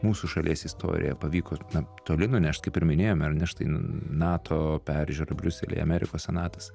mūsų šalies istoriją pavyko na toli nunešt kaip ir minėjome ar ne štai nato peržiūra briuselyje amerikos senatas